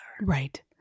Right